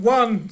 one